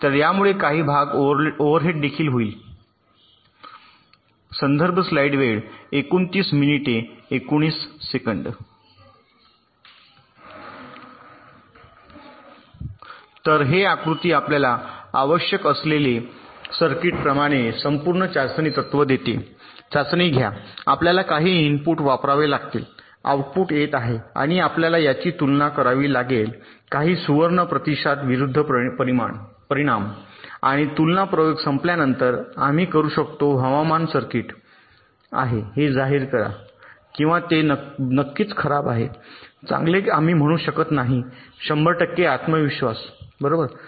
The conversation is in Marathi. तर यामुळे काही भाग ओव्हरहेड देखील होईल तर हे आकृती आपल्याला आवश्यक असलेले सर्किट प्रमाणे संपूर्ण चाचणी तत्व देते चाचणी घ्या आपल्याला काही इनपुट वापरावे लागतील आऊटपुट येत आहेत आणि आपल्याला याची तुलना करावी लागेल काही सुवर्ण प्रतिसाद विरुद्ध परिणाम आणि हा तुलना प्रयोग संपल्यानंतर आम्ही करू शकतो हवामान सर्किट आहे हे जाहीर करा किंवा ते नक्कीच खराब आहे चांगले आम्ही म्हणू शकत नाही 100 टक्के आत्मविश्वास बरोबर